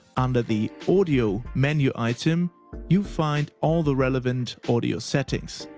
under the, audio menu item you find all the relevant audio settings.